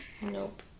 Nope